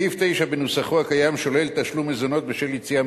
סעיף 9א בנוסחו הקיים שולל תשלום מזונות בשל יציאה